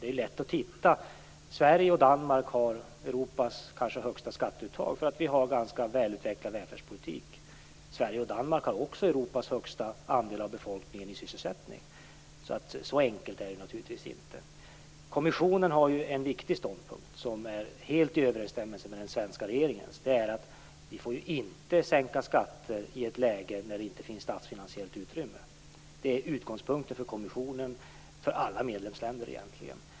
Det är lätt att titta efter. Sverige och Danmark har Europas kanske högsta skatteuttag. Det är för att vi har en ganska välutvecklad välfärdspolitik. Sverige och Danmark har också Europas högsta andel av befolkningen i sysselsättning. Så enkelt är det alltså naturligtvis inte. Kommissionen har en viktig ståndpunkt som är helt i överensstämmelse med den svenska regeringens. Det är att vi inte får sänka skatter i ett läge där det inte finns statsfinansiellt utrymme för detta. Det är utgångspunkten för kommissionen och för alla medlemsländer egentligen.